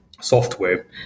software